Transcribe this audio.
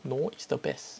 no it's the best